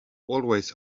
always